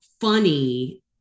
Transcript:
funny